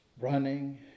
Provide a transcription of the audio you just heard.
running